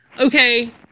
okay